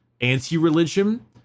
anti-religion